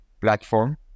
platform